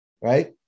right